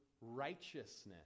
righteousness